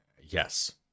Yes